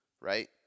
Right